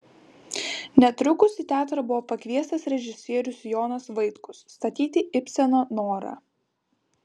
netrukus į teatrą buvo pakviestas režisierius jonas vaitkus statyti ibseno norą